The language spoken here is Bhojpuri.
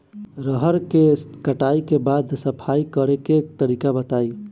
रहर के कटाई के बाद सफाई करेके तरीका बताइ?